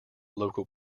local